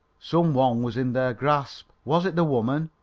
some one was in their grasp. was it the woman?